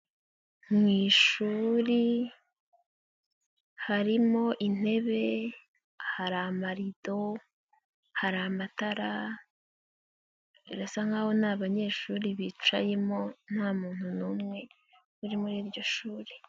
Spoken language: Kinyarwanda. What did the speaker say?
Mu ishuri harimo intebe, hari amarido, hari amatara, birasa nk'aho nta banyeshuri bicayemo, nta muntu n'umwe uri muri iryo shuri.